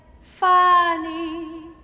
funny